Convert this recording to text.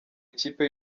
ikipe